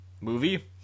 movie